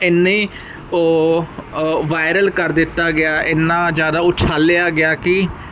ਇੰਨੀ ਓ ਵਾਇਰਲ ਕਰ ਦਿੱਤਾ ਗਿਆ ਇੰਨਾਂ ਜ਼ਿਆਦਾ ਉਛਾਲਿਆ ਗਿਆ ਕੀ